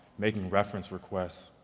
making reference requests,